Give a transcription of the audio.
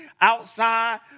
outside